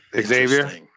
Xavier